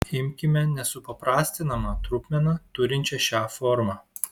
imkime nesuprastinamą trupmeną turinčią šią formą